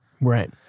Right